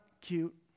cute